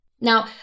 Now